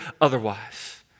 otherwise